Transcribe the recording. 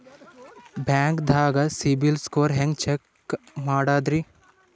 ಬ್ಯಾಂಕ್ದಾಗ CIBIL score ಹೆಂಗ್ check ಮಾಡದ್ರಿ?